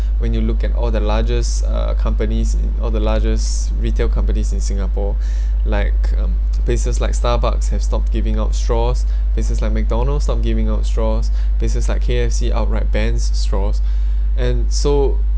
when you look at all the largest uh companies in all the largest retail companies in Singapore like um places like Starbucks have stopped giving out straws places like mcdonald's stopped giving out straws places like K_F_C outright bans straws and so